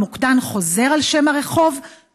המוקדן חוזר על שם הרחוב,